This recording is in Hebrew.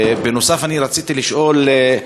בנוסף, רציתי לשאול: